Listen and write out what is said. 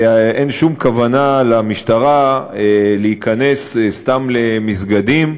ואין שום כוונה למשטרה להיכנס סתם למסגדים,